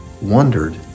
wondered